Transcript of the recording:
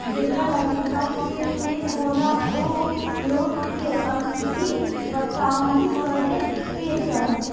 जेकरा लगे घर के खेत होला ओ लोग के असही पटवनी करे के चाही